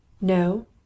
No